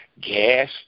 gas